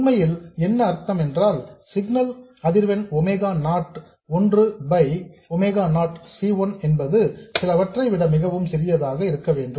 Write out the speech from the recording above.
உண்மையில் என்ன அர்த்தம் என்றால் சிக்னல் அதிர்வெண் ஒமேகா நாட் ஒன்று பை ஒமேகா நாட் C 1 என்பது சிலவற்றை விட மிகவும் சிறியதாக இருக்க வேண்டும்